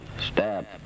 stab